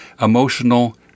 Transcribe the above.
emotional